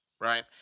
right